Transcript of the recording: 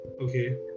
Okay